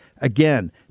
Again